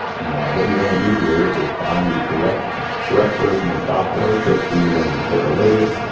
now what you wanna do here is find the correct correct version of software. typically you wanna just get the latest.